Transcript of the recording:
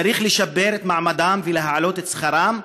צריך לשפר את מעמדם ולהעלות את שכרם,